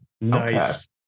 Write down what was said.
Nice